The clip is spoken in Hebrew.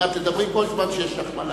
ותיק בחברי הכנסת ושר לשעבר,